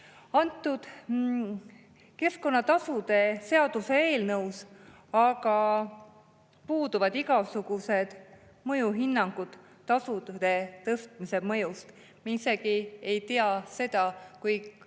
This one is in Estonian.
Selles keskkonnatasude seaduse eelnõus aga puuduvad igasugused mõjuhinnangud tasude tõstmise kohta. Me isegi ei tea seda, kui kalliks